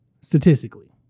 statistically